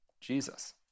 Jesus